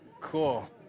Cool